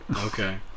okay